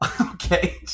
Okay